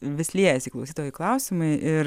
vis liejasi klausytojų klausimai ir